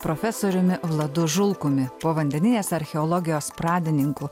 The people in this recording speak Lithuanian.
profesoriumi vladu žulkumi povandeninės archeologijos pradininku